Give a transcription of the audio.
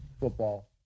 football